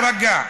תירגע.